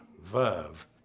verve